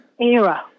era